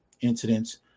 incidents